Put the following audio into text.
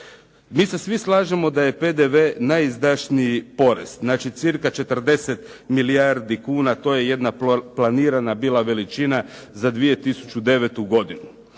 Mi se svi slažemo da je PDV najizdašniji porez, znači cca 40 milijardi kuna, to je jedna bila planirana veličina za 2009. godinu.